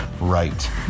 right